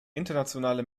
internationale